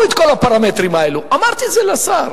הרי צריך להבין, עמיתי חברי הכנסת,